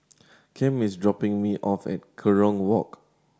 Cam is dropping me off at Kerong Walk